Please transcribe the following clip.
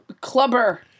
Clubber